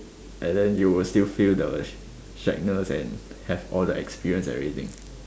and then you will still feel the sh~ shagness and have all the experience and everything